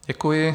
Děkuji.